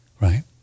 right